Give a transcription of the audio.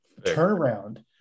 turnaround